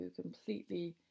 completely